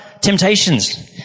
temptations